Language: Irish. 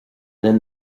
linn